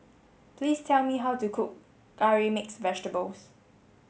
please tell me how to cook curry mixed vegetables